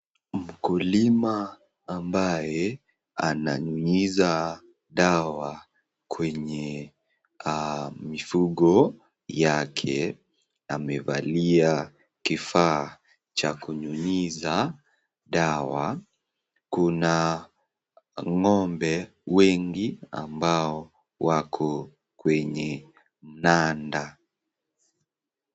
Mkulima ambaye ananyunyiza dawa kwenye mifugo yake amevalia kifaa cha kunyunyiza dawa. Kuna ng'ombe wengi ambao wako kwenye mnanda.